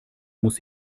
muss